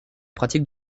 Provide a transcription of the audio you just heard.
pratique